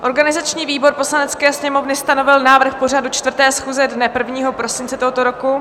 Organizační výbor Poslanecké sněmovny stanovil návrh pořadu 4. schůze dne 1. prosince tohoto roku.